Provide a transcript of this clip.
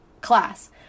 class